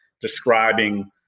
describing